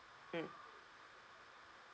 mm